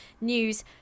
news